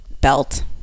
belt